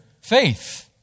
faith